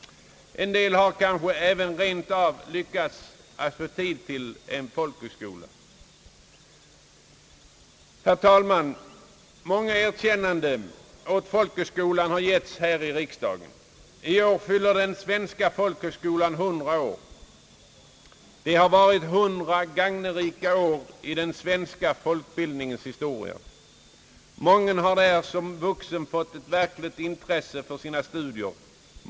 En del har kanske även rent av lyckats få tid till en folkhögskolekurs. Herr talman! Många erkännanden åt folkhögskolan har getts här i riksdagen. I år fyller den svenska folkhögskolan 100 år. Det har varit 100 gagnerika år i den svenska folkbildningens tjänst. Mången har där som vuxen fått ett verkligt intresse för studier.